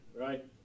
right